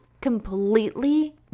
completely